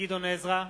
גדעון עזרא,